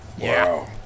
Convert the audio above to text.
Wow